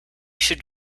should